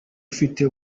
ufite